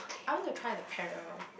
I want to try the para